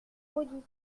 huit